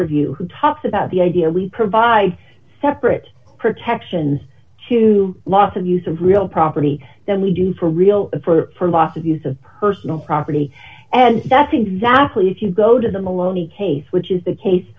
review who talks about the idea we provide separate protections to loss of use of real property than we do for real for loss of use of personal pride really and that's exactly if you go to the maloney case which is the case